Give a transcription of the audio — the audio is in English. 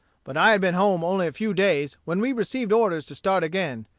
but i had been home only a few days, when we received orders to start again,